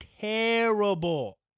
terrible